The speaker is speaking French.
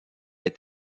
est